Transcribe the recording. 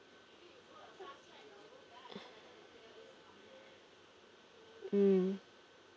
mm